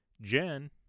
Jen